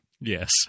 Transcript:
Yes